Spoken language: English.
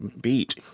beat